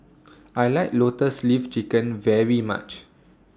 I like Lotus Leaf Chicken very much